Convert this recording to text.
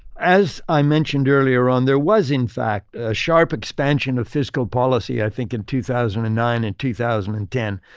as i mentioned earlier on, there was in fact a sharp expansion of fiscal policy, i think in two thousand and nine and two thousand and ten.